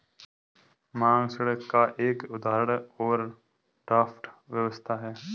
मांग ऋण का एक उदाहरण ओवरड्राफ्ट व्यवस्था है